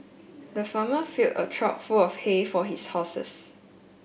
the farmer filled a trough full of hay for his horses